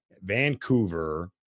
Vancouver